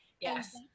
Yes